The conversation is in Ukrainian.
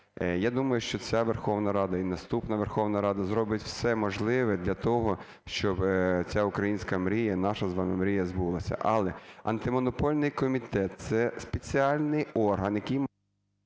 Я думаю, що ця Верховна Рада і наступна Верховна Рада зробить усе можливе для того, щоб ця українська мрія, наша з вами мрія збулася. Але Антимонопольний комітет – це спеціальний орган, який…